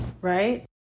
Right